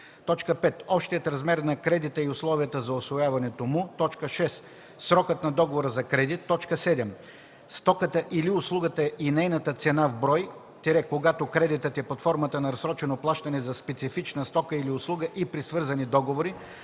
5. общият размер на кредита и условията за усвояването му; 6. срокът на договора за кредит; 7. стоката или услугата и нейната цена в брой – когато кредитът е под формата на разсрочено плащане за специфична стока или услуга и при свързани договори;